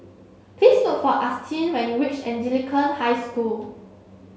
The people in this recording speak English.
please look for Austyn when you reach Anglican High School